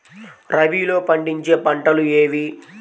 రబీలో పండించే పంటలు ఏవి?